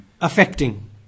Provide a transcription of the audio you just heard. affecting